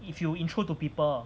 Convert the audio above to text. if you intro to people